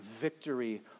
victory